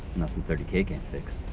nothing thirty k can't fix.